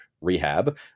rehab